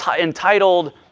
entitled